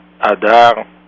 Adar